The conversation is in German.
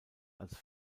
als